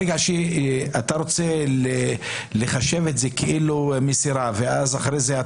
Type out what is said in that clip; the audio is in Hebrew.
ברגע שאתה רוצה לחשב את זה כאילו מסירה ואז אחר כך אתה